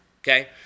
Okay